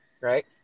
right